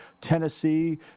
Tennessee